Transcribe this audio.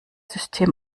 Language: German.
system